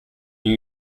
new